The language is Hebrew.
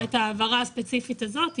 ההורים מתמודדים עם זה לבדם,